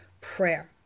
prayer